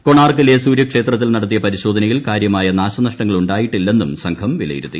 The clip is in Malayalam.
കൊണാർക്കിലെ സൂര്യക്ഷേത്രത്തിൽ നടത്തിയ പരിശോധനയിൽ കാര്യമായ നാശനഷ്ടങ്ങൾ ഉണ്ടായിട്ടില്ലെന്നും സംഘം വിലയിരുത്തി